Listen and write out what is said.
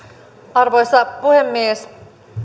arvoisa puhemies